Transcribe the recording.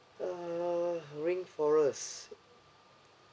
uh rainforest